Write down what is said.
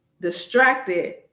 distracted